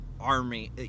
army